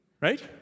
Right